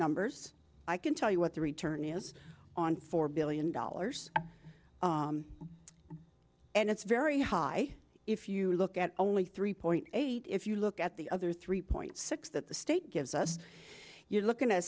numbers i can tell you what the return is on four billion dollars and it's very high if you look at only three point eight if you look at the other three point six that the state gives us you're looking at